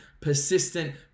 persistent